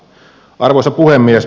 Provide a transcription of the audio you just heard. arvoisa puhemies